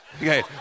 Okay